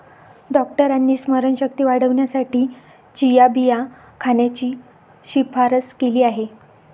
डॉक्टरांनी स्मरणशक्ती वाढवण्यासाठी चिया बिया खाण्याची शिफारस केली आहे